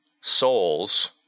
souls